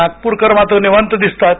नागपूरकर मात्र निवांत दिसतात